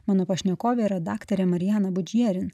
mano pašnekovė yra daktarė mariana budžerin